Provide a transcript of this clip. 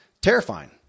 terrifying